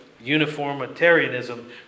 Uniformitarianism